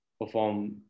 perform